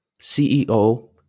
CEO